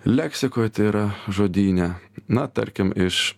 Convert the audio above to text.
leksikoj tai yra žodyne na tarkim iš